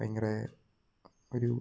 ഭയങ്കര ഒരു